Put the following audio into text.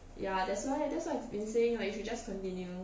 ya that's why that's why I've been saying like you should just continue